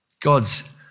God's